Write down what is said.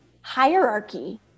hierarchy